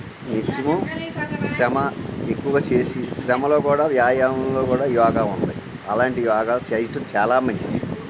నిత్యం శ్రమ ఎక్కువ చేసి శ్రమలో కూడా వ్యాయాయంలో కూడా యోగా ఉంది అలాంటి యోగా చేయటం చాలా మంచిది